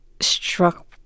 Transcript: struck